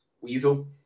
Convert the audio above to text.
Weasel